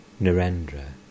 Narendra